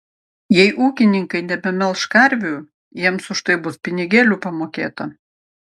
jei ūkininkai nebemelš karvių jiems už tai bus pinigėlių pamokėta